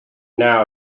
now